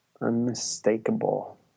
Unmistakable